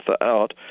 out